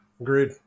Agreed